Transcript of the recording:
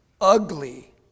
Ugly